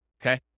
Okay